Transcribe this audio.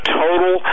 total